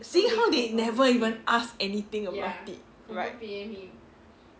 seeing how they never even asked anything about it right